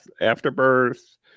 afterbirth